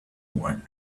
one